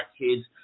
kids